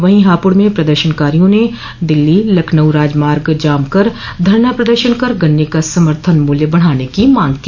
वहीं हापुड़ में प्रदर्शनकारियों ने दिल्ली लखनऊ राजमार्ग जाम कर धरना प्रदर्शन कर गन्ने का समर्थन मूल्य बढ़ाने की मांग की